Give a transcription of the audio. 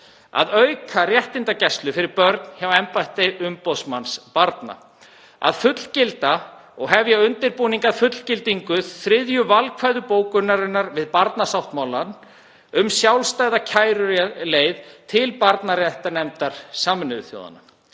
að auka réttindagæslu fyrir börn hjá embætti umboðsmanns barna, að fullgilda og hefja undirbúning að fullgildingu þriðju valkvæðu bókunarinnar við barnasáttmálann um sjálfstæða kæruleið til barnaréttarnefndar Sameinuðu þjóðanna,